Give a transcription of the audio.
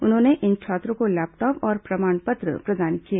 उन्होंने इन छात्रों को लैपटॉप और प्रमाण पत्र प्रदान किए